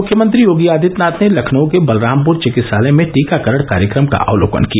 मुख्यमंत्री योगी आदित्यनाथ ने लखनऊ के बलरामपुर चिकित्सालय में टीकाकरण कार्यक्रम का अवलोकन किया